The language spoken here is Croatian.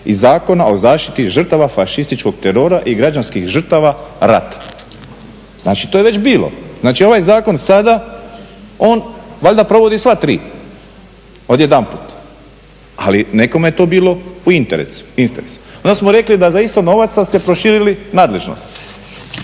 i Zakona o zaštiti žrtava fašističkog terora i građanskih žrtava rata. Znači to je već bilo. Znači ovaj zakon sada on valjda provodi sva tri odjedanput, ali nekome je to bilo u interesu. Onda smo rekli da za isto novaca ste proširili nadležnost.